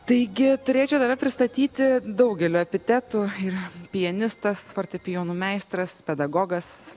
taigi turėčiau tave pristatyti daugeliu epitetų ir pianistas fortepijonų meistras pedagogas